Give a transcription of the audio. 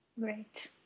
Great